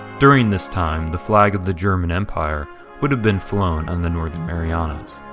during this time, the flag of the german empire would have been flown on the northern marianas.